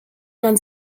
man